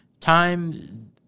time